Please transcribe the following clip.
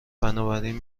بنابراین